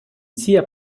sia